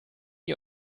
you